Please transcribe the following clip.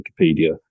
Wikipedia